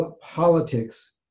politics